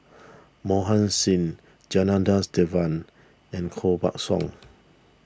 Mohan Singh Janadas Devan and Koh Buck Song